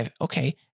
okay